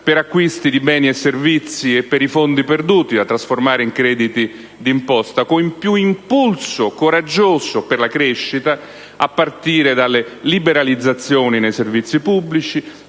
per acquisti di beni e servizi e per i fondi perduti, da trasformare in crediti di imposta; con più impulso coraggioso per la crescita, a partire dalle liberalizzazioni nei servizi pubblici;